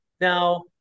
Now